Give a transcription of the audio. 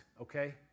okay